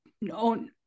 no